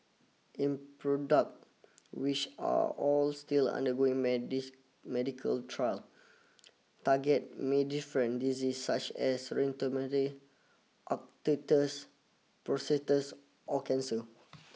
in product which are all still undergoing medical trial target may different diseases such as rheumatoid arthritis psoriasis or cancer